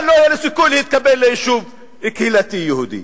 אבל אין לו סיכוי להתקבל ליישוב קהילתי יהודי.